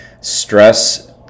stress